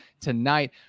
tonight